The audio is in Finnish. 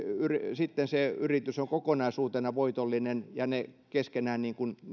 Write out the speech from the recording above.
sitten se yritys on kokonaisuutena voitollinen ja ne keskenään